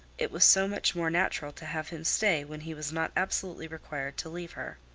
it was so much more natural to have him stay when he was not absolutely required to leave her.